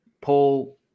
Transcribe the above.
Paul